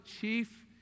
chief